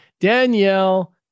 Danielle